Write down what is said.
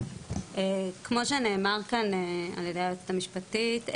כמו שנאמר כאן ע"י היועצת המשפטית,